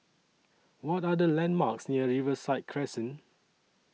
What Are The landmarks near Riverside Crescent